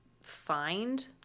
find